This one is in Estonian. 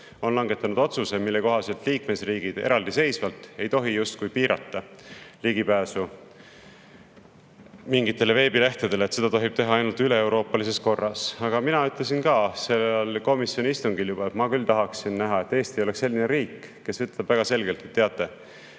on langetanud otsuse, mille kohaselt liikmesriigid justkui ei tohi eraldiseisvalt piirata ligipääsu mingitele veebilehtedele, seda tohib teha ainult üleeuroopalises korras. Mina ütlesin ka sellel komisjoni istungil, et ma tahaksin näha, et Eesti oleks selline riik, kes ütleb väga selgelt: "Teate,